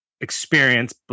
experience